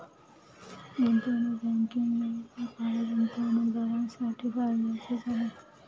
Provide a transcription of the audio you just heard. गुंतवणूक बँकिंग हे एकप्रकारे गुंतवणूकदारांसाठी फायद्याचेच आहे